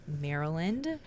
Maryland